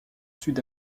sud